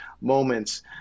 moments